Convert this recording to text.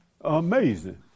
Amazing